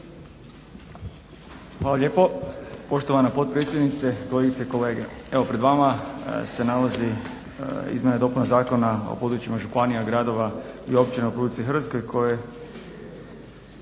Hvala lijepo. Poštovana potpredsjednice, kolegice i kolege. Evo pred vama se nalazi izmjena i dopuna Zakona o područjima županija, gradova i općina u RH koje